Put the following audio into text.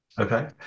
Okay